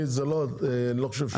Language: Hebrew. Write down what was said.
אני, זה לא, אני לא חושב.